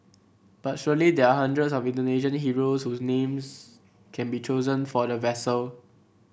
but surely there are hundreds of Indonesian heroes whose names can be chosen for the vessel